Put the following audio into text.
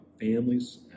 families